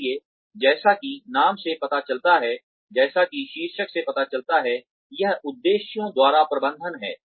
इसलिए जैसा कि नाम से पता चलता है जैसा कि शीर्षक से पता चलता है यह उद्देश्यों द्वारा प्रबंधन है